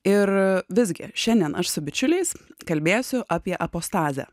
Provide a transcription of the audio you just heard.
ir visgi šiandien aš su bičiuliais kalbėsiu apie apostazę